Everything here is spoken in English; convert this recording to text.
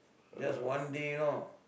just one day you know